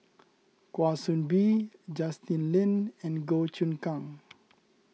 Kwa Soon Bee Justin Lean and Goh Choon Kang